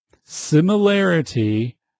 Similarity